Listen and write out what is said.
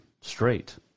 straight